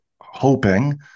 hoping